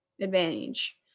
advantage